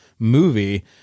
movie